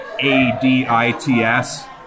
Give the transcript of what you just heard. A-D-I-T-S